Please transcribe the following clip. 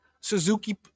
Suzuki